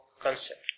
concept